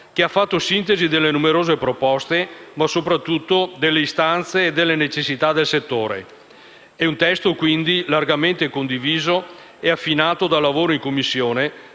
che ha fatto sintesi delle numerose proposte, ma soprattutto delle istanze e delle necessità del settore. Da qui è scaturito un testo largamente condiviso e affinato dal lavoro in Commissione,